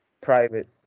private